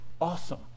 awesome